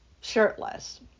shirtless